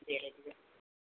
சரி